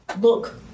look